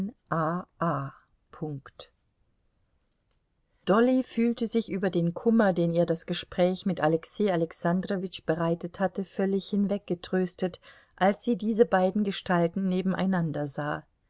a dolly fühlte sich über den kummer den ihr das gespräch mit alexei alexandrowitsch bereitet hatte völlig hinweggetröstet als sie diese beiden gestalten nebeneinander sah